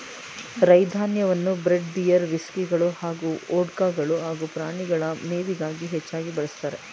ರೈ ಧಾನ್ಯವನ್ನು bread beer ವಿಸ್ಕಿಗಳು ಹಾಗೂ ವೊಡ್ಕಗಳು ಹಾಗೂ ಪ್ರಾಣಿಗಳ ಮೇವಿಗಾಗಿ ಹೆಚ್ಚಾಗಿ ಬಳಸ್ತಾರೆ